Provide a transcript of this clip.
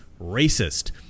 racist